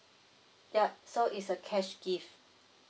yup so it's a cash gift